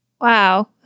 wow